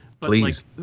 Please